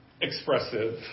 expressive